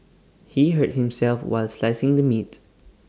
he hurt himself while slicing the meat